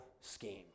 schemes